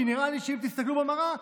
כי נראה לי שאם תסתכלו במראה,